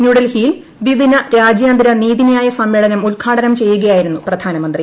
ന്യൂഡൽഹിയിൽ ദ്വിദിന രാജ്യാന്തര നീതിന്യായി സ്മ്മേളനം ഉദ്ഘാടനം ചെയ്യുകയായിരുന്നു പ്രധാനമന്ത്രി